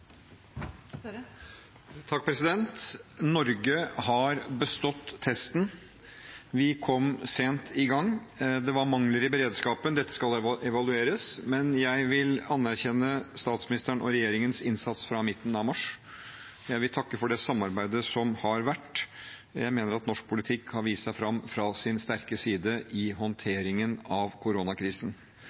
Norge har bestått testen. Vi kom sent i gang. Det var mangler i beredskapen. Dette skal evalueres, men jeg vil anerkjenne statsministeren og regjeringens innsats fra midten av mars. Jeg vil takke for det samarbeidet som har vært. Jeg mener at norsk politikk har vist seg fram fra sin sterke side i håndteringen av koronakrisen.